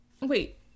Wait